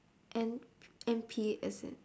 N N P as in